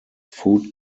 food